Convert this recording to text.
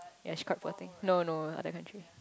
ya she quite poor thing no no other country